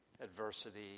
adversity